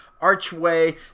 archway